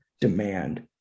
demand